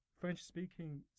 French-speaking